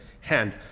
hand